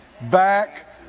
back